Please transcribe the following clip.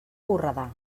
borredà